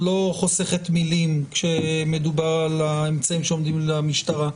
חוסכת מילים כשמדובר על האמצעים שעומדים למשטרה,